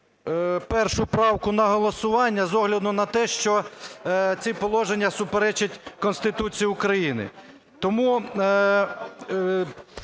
91 правку на голосування з огляду на те, що ці положення суперечать Конституції України. Тому